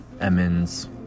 Emmons